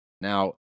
Now